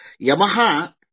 Yamaha